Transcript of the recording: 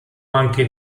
anche